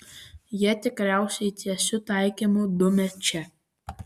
jie tikriausiai tiesiu taikymu dumia čia